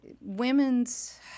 women's